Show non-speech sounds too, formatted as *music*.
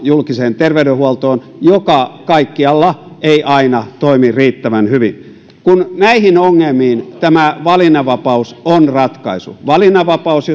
julkiseen terveydenhuoltoon joka kaikkialla ei aina toimi riittävän hyvin kun näihin ongelmiin tämä valinnanvapaus on ratkaisu valinnanvapaus *unintelligible*